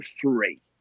three